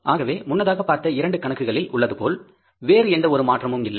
ஆகவே முன்னதாக பார்த்த இரண்டு கணக்குகளில் உள்ளதுபோல் வேறு எந்த ஒரு மாற்றமும் இல்லை